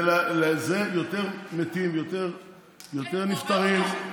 זה יותר מתים ויותר נפטרים,